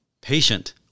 patient